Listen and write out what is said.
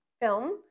film